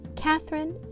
Catherine